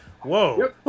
whoa